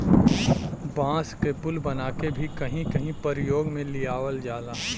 बांस क पुल बनाके भी कहीं कहीं परयोग में लियावल जाला